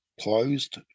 closed